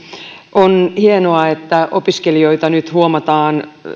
on hienoa että opiskelijoita nyt huomataan